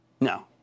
No